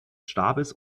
stabes